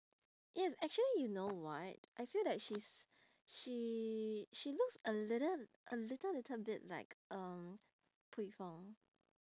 eh actually you know what I feel that she's she she looks a little a little little bit like um pui fong